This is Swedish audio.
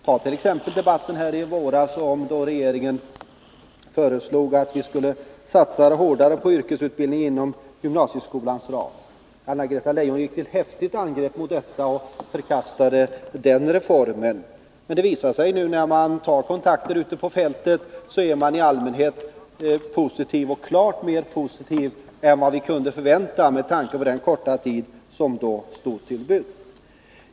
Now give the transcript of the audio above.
Ta t.ex. debatten i våras då regeringen föreslog att vi skulle satsa hårdare på yrkesutbildning inom gymnasieskolans ram. Anna-Greta Leijon gick till häftigt motangrepp och ville förkasta den reformen. Men när vi nu tar kontakter ute på fältet visar det sig att människor i allmänhet är klart mer positiva än vi kunde förvänta med tanke på den korta tid som stått till buds.